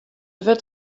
wurdt